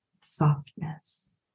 softness